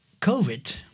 COVID